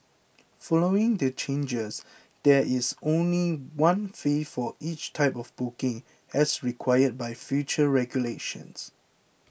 following the changes there is only one fee for each type of booking as required by future regulations